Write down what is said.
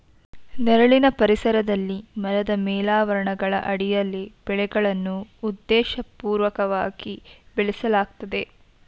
ನೆರಳಿನ ಪರಿಸರದಲ್ಲಿ ಮರದ ಮೇಲಾವರಣಗಳ ಅಡಿಯಲ್ಲಿ ಬೆಳೆಗಳನ್ನು ಉದ್ದೇಶಪೂರ್ವಕವಾಗಿ ಬೆಳೆಸಲಾಗ್ತದೆ